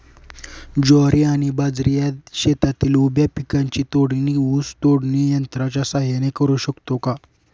ज्वारी आणि बाजरी या शेतातील उभ्या पिकांची तोडणी ऊस तोडणी यंत्राच्या सहाय्याने करु शकतो का?